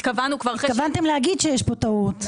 התכוונו --- התכוונתם להגיד שיש פה טעות?